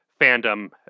fandom